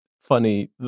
funny—